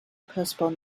postponed